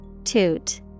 Toot